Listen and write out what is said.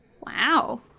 Wow